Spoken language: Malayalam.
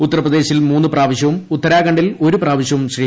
ഉത്തർ പ്രദേശിൽ മൂന്ന് പ്രാവശ്യവും ഉത്തരാണ്ഡിൽ ഒരു പ്രാവശ്യവും ശ്രീ